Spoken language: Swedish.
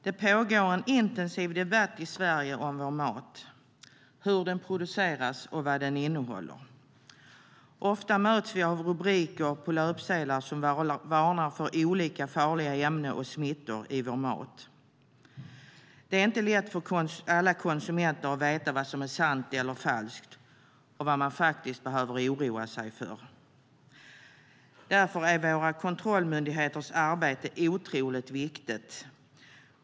Herr talman! Det pågår en intensiv debatt i Sverige om vår mat - hur den produceras och vad den innehåller. Ofta möts vi av rubriker på löpsedlar som varnar för olika farliga ämnen och smittor i vår mat. Det är inte lätt för alla konsumenter att veta vad som är sant eller falskt och vad man faktiskt behöver oroa sig för. Därför är våra kontrollmyndigheters arbete otroligt viktigt.